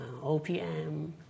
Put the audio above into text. OPM